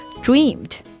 dreamed